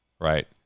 right